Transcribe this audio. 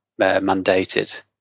mandated